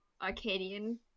Arcadian